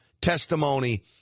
testimony